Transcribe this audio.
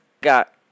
got